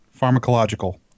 Pharmacological